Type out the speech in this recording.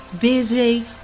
busy